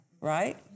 Right